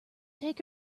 take